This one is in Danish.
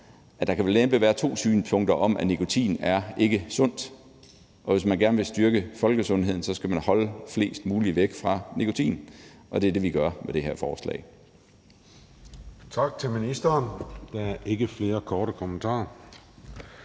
at der vel næppe kan være to meninger om, at nikotin ikke er sundt, og hvis man gerne vil styrke folkesundheden, skal man holde flest mulige væk fra nikotin. Og det er det, vi gør med det her forslag